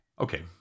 Okay